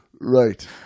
right